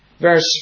Verse